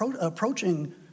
approaching